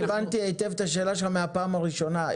אני הבנתי היטב את השאלה שלך מהפעם הראשונה.